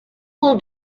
wool